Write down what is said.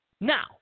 Now